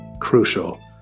crucial